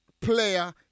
player